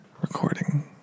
recording